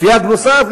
סייג נוסף,